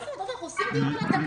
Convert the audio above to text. אבל, עפר, אנחנו עושים דיון על התקנות.